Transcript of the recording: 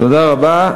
תודה רבה.